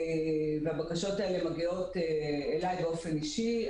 הבקשות האלה מגיעות אליי באופן אישי,